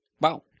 Wow